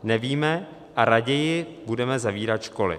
Nevíme, a raději budeme zavírat školy.